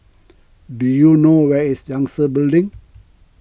do you know where is Yangtze Building